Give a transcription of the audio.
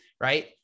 right